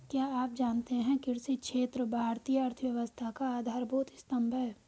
क्या आप जानते है कृषि क्षेत्र भारतीय अर्थव्यवस्था का आधारभूत स्तंभ है?